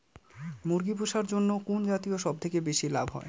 মুরগি পুষার জন্য কুন জাতীয় সবথেকে বেশি লাভ হয়?